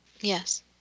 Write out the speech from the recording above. Yes